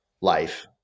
life